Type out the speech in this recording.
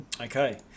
okay